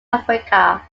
africa